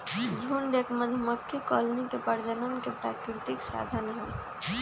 झुंड एक मधुमक्खी कॉलोनी के प्रजनन के प्राकृतिक साधन हई